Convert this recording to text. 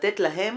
לתת להם